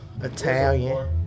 Italian